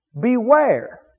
Beware